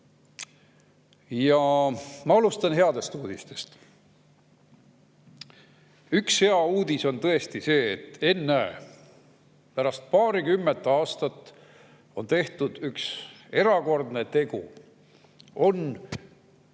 Ja ma alustan headest uudistest. Üks hea uudis on tõesti see, et ennäe, pärast paarikümmet aastat on tehtud üks erakordne tegu: on